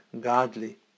godly